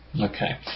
Okay